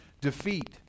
defeat